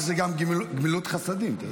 גמ"ח זה גם גמילות חסדים, אתה יודע.